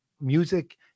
music